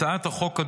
הצעת החוק,